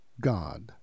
God